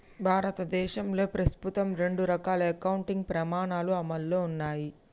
భారతదేశంలో ప్రస్తుతం రెండు రకాల అకౌంటింగ్ ప్రమాణాలు అమల్లో ఉన్నయ్